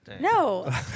No